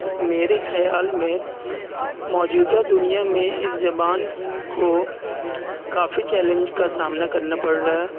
میرے خیال میں موجودہ دنیا میں اس زبان کو کافی چیلنج کا سامنا کرنا پڑ رہا ہے